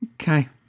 Okay